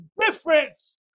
difference